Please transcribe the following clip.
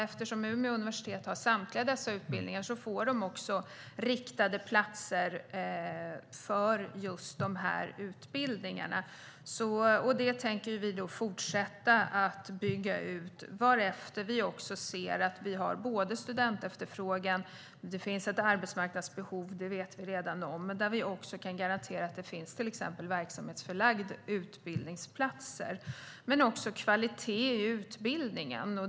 Eftersom Umeå universitet har samtliga dessa utbildningar får man också riktade platser för de utbildningarna. Vi tänker fortsätta att bygga ut detta allt eftersom vi ser att det finns både studentefterfrågan och arbetsmarknadsbehov och att vi kan garantera att det exempelvis finns verksamhetsförlagda utbildningsplatser, liksom kvalitet i utbildningen.